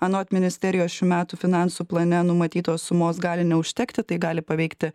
anot ministerijos šių metų finansų plane numatytos sumos gali neužtekti tai gali paveikti